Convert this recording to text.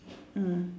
ah